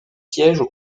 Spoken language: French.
sièges